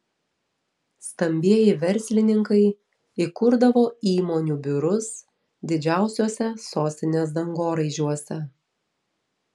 stambieji verslininkai įkurdavo įmonių biurus didžiausiuose sostinės dangoraižiuose